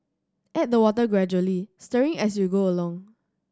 add the water gradually stirring as you go along